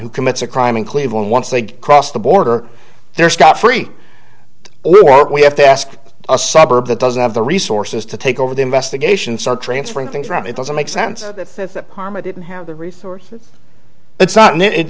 who commits a crime in cleveland once they cross the border they're scot free we have to ask a suburb that doesn't have the resources to take over the investigation so transferring things from it doesn't make sense that fifth harmony didn't have the resources